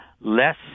less